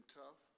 tough